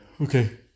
Okay